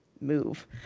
move